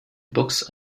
books